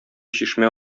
чишмә